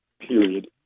period